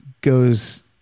goes